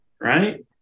right